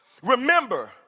Remember